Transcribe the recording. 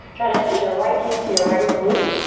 try to touch your right heel to your right glute.